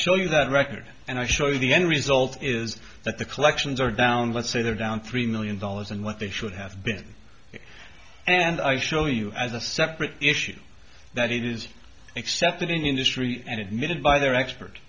show you that record and i show you the end result is that the collections are down let's say they're down three million dollars and what they should have been and i show you as a separate issue that it is accepted in the industry and admitted by their expert